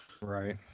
Right